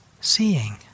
seeing